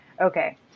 okay